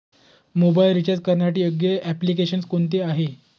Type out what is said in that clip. Mobile recharge करण्यासाठी योग्य application कोणते आहे?